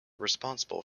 responsible